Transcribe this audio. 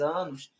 anos